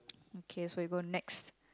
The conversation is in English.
okay so we go next